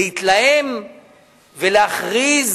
להתלהם ולהכריז